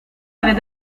avait